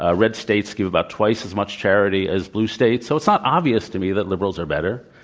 ah red states give about twice as much charity as blue states. so, it's not obvious to me that liberals are better.